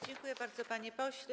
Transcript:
Dziękuję bardzo, panie pośle.